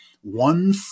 one